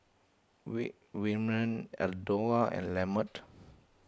Waymon Eldora and Lamont